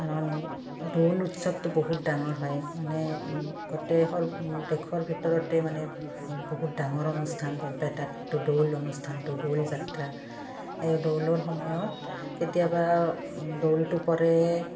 কাৰণ দৌল উৎসৱটো বহুত ডাঙৰ হয় মানে গোটেই সৰ দেশৰ ভিতৰতে মানে বহুত ডাঙৰ অনুষ্ঠান বৰপেটাত সেইটো দৌল অনুষ্ঠানটো দৌল যাত্ৰা এই দৌলৰ সময়ত কেতিয়াবা দৌলটো পৰে